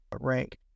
rank